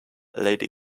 lady